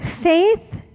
Faith